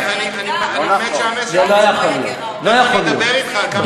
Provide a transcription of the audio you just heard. אני מת שהמשק יצמח, אני אדבר אתך על כמה תוכניות.